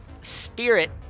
spirit